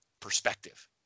perspective